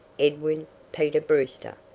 edwin peter brewster.